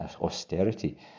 austerity